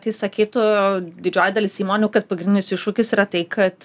tai sakytų didžioji dalis įmonių kad pagrinis iššūkis yra tai kad